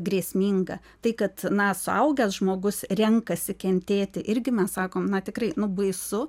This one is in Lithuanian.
grėsminga tai kad na suaugęs žmogus renkasi kentėti irgi mes sakom na tikrai nu baisu